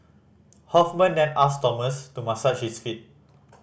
Hoffman then asked Thomas to massage his feet